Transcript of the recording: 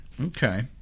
Okay